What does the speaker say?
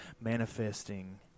Manifesting